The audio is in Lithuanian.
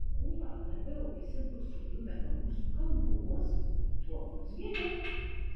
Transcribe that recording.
kuo labiau visi bus suglumę nuo mūsų kalbos tuo mums geriau